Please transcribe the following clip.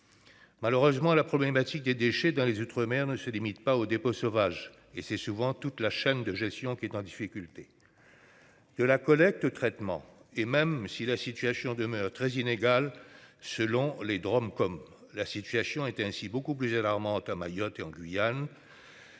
Malheureusement la problématique des déchets dans les Outre-mer ne se limite pas au dépôt sauvage et c'est souvent toute la chaîne de gestion qui est en difficulté. De la collecte, traitement et même si la situation demeure très inégale selon les Drôme comme la situation était ainsi beaucoup plus alarmante à Mayotte et en Guyane.